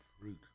fruit